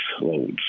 loads